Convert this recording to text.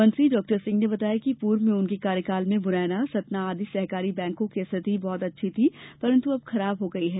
मंत्री डॉ सिंह ने बताया कि पूर्व में उनके कार्यकाल में मुरैना सतना आदि सहकारी बैंकों की स्थिति बहत अच्छी थी परंत् अब खराब हो गई है